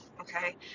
okay